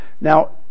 Now